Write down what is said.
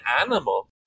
animal